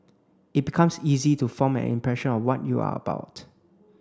it becomes easy to form an impression of what you are about